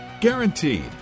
Guaranteed